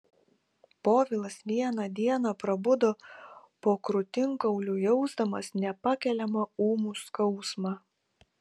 povilas vieną dieną prabudo po krūtinkauliu jausdamas nepakeliamą ūmų skausmą